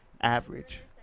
average